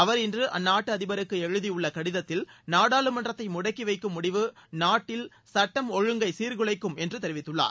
அவர் இன்று அந்நாட்டு அதிபருக்கு எழுதியுள்ள கடிதத்தில் நாடாளுமன்றத்தை முடக்கி வைக்கும் முடிவு நாட்டில் சட்டம் ஒழுங்கை சீர்குலைக்கும் என்று தெரிவித்துள்ளார்